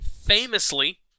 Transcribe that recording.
famously